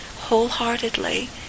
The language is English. wholeheartedly